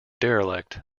derelict